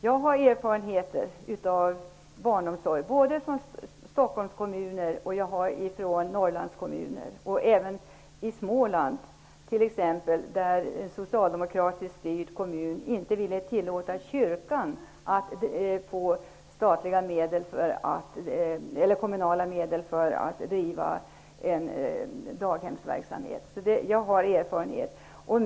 Jag har erfarenheter av barnomsorg från Stockholmskommuner, Norrlandskommuner och även från Småland, där en socialdemokratiskt styrd kommun inte ville ge kyrkan kommunala medel för att driva en daghemsverksamhet.